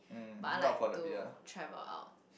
but I like to travel out